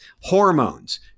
hormones